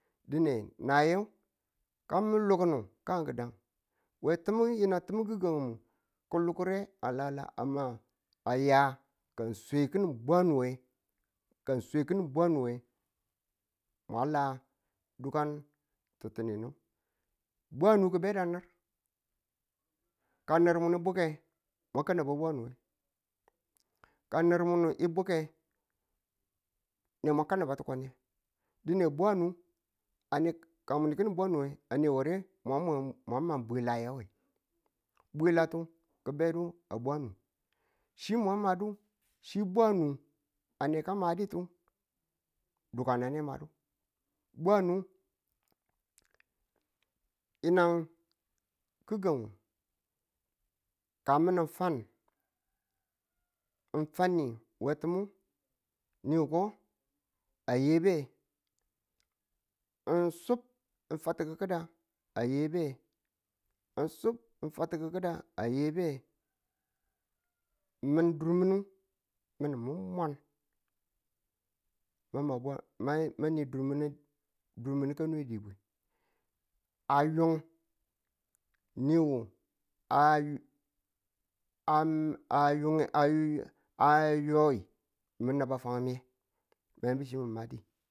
dine naye ka mu loknu kan ki̱dan we time yinang time gi̱gang ko lukure a lele amma a ya ka nge swe ki̱nin bwanu we ka nge swe ki̱nin bwanu we mwa la dukan ti̱ttinu nge bwanu ki̱ bedu a nur ka nur munu buk nge mwa ka naba bwanu. ka nur mu nge buke ne mwa ka ne naba tukwaniye dine bwanu a ne kamin kinin bwanu nge ware mwa man mwa man bwila we bwilatu ki̱ bedu a bwanu chi ma madu chi bwanu a nekamaditu dukanu ne madu bwanu yinang gi̱gang ka min in fan ng fan ni we ti̱mi ni wuko a yey biyem me ng su in fati ki̱ki̱dang a yey biyeme ng su in fati ki̱ki̱dang a yey biyeme mi̱n durminu mi̱n mu mwan dwe ma bwa ma ma ni durmi̱nu durmi̱nu ka nwe dibwe a yo niwu a yo a- a yo ng a yo a yo mi̱n naba fammiye ma yinbu chi mi̱ mimadituwe